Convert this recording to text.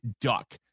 duck